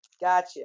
Gotcha